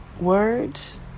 Words